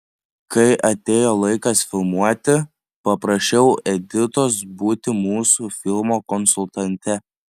kai atėjo laikas filmuoti paprašiau editos būti mūsų filmo konsultante